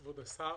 כבוד השר,